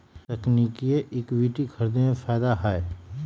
तकनिकिये इक्विटी खरीदे में फायदा हए